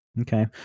Okay